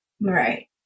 right